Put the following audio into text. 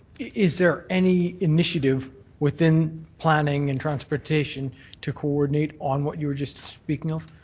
is there any initiative within planning and transportation to coordinate on what you were just speaking of,